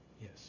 Yes